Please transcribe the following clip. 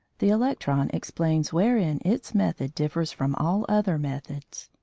the electron explains wherein its method differs from all other methods.